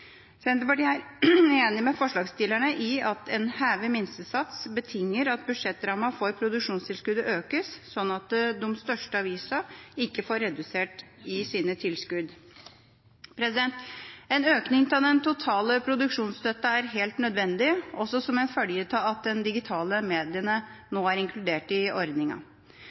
Senterpartiet er enig med forslagsstillerne i at en hevet minstesats betinger at budsjettrammen for produksjonstilskuddet økes, slik at de største avisene ikke får redusert sine tilskudd. En økning av den totale produksjonsstøtten er helt nødvendig, også som en følge av at de digitale mediene nå er inkludert i